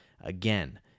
Again